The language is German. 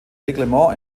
reglement